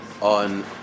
on